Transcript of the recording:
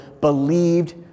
believed